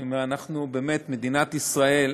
אנחנו באמת, מדינת ישראל,